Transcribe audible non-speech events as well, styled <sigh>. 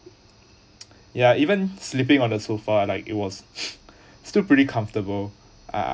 <noise> ya even sleeping on the sofa like it was <laughs> still pretty comfortable